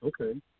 Okay